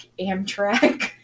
amtrak